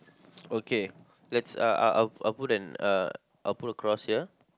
okay let's uh I'll I'll put an uh I'll put a cross here